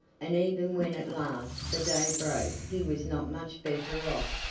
and even when at last the day broke he was not much better off,